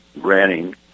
granting